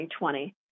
2020